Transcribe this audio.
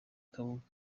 kabuga